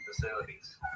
facilities